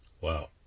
wow